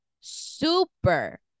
super